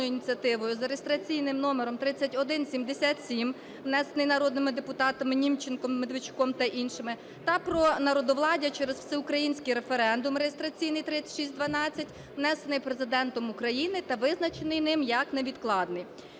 ініціативою за реєстраційним номером 3177, внесений народними депутатами Німченком, Медведчуком та іншими, та про народовладдя через всеукраїнський референдум (реєстраційний номер 3612), внесений Президентом України та визначений ним як невідкладний.